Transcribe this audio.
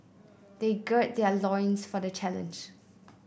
they gird their loins for the challenge